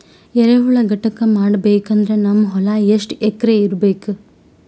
ಎರೆಹುಳ ಘಟಕ ಮಾಡಬೇಕಂದ್ರೆ ನಮ್ಮ ಹೊಲ ಎಷ್ಟು ಎಕರ್ ಇರಬೇಕು?